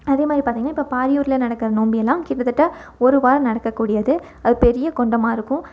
அதே மாதிரி பார்த்திங்கன்னா இப்போ பாரியூரில் நடக்கிற நோம்பு எல்லாம் கிட்டத்தட்ட ஒரு வாரம் நடக்க கூடியது அது பெரிய கொண்டமாக இருக்கும்